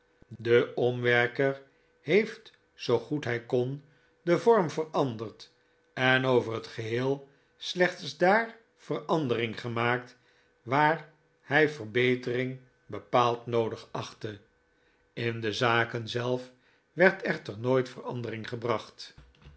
de omwerker heeft zoo goed hij kon den vorm veranderd en over het geheel slechts daar verandering gemaakt waar hij verbetering bepaald noodig achtte in de zaken zelf werd echter nooit verandering gebracht